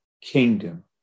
kingdom